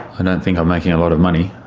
i don't think i'm making a lot of money.